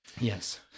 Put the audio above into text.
Yes